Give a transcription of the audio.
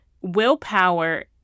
willpower